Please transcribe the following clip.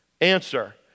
Answer